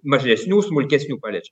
mažesnių smulkesnių paliečia